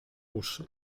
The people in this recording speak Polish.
uszy